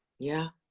yeah.